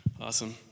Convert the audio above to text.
Awesome